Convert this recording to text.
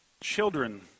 children